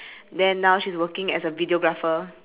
then now she's working as a videographer